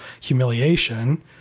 humiliation